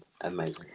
Amazing